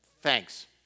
Thanks